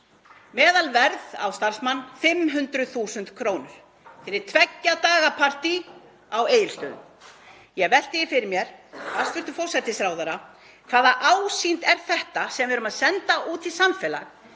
meðalverð á starfsmann 500.000 kr. fyrir tveggja daga partí á Egilsstöðum. Ég velti því fyrir mér, hæstv. forsætisráðherra, hvaða ásýnd er þetta sem við erum að senda út í samfélag